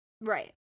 Right